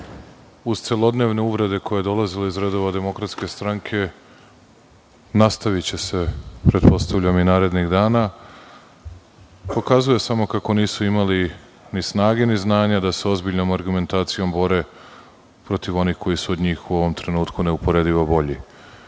uz celodnevne uvrede koje dolaze iz redova DS, nastaviće se, pretpostavljam, i narednih dana, pokazuje samo kako nisu imali ni snage, ni znanja da se sa ozbiljnom argumentacijom bore protiv onih koji su od njih u ovom trenutku neuporedivo bolji. Nemam